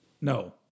No